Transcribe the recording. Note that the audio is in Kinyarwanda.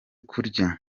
kuzura